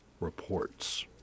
reports